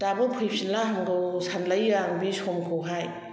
दाबो फैफिनला हामगौ सानखायो आं बि समखौहाय